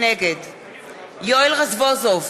נגד יואל רזבוזוב,